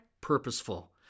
purposeful